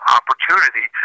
opportunity